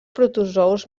protozous